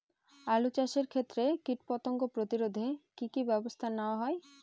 আলু চাষের ক্ষত্রে কীটপতঙ্গ প্রতিরোধে কি কী ব্যবস্থা নেওয়া হয়?